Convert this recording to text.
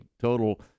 total